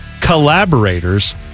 collaborators